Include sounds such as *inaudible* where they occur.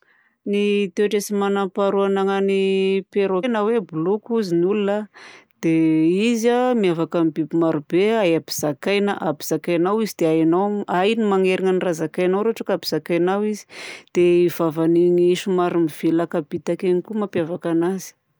Ny toetra tsy manam-paharoa ananan'ny ny péroqué na hoe boloky ozy ny olona dia *hesitation* izy a miavaka amin'ny biby marobe ahay ampizakaina ampizakainao izy dia hainao hainy mamerina ny raha zakainao raha ohatra ka ampizakainao izy. Dia vavany igny somary mivelaka be takeny iny koa mampiavaka anazy.